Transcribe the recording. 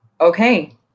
okay